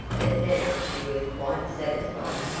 but now she was quite satisfied.